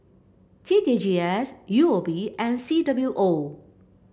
T K G S U O B and C W O